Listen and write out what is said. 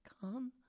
come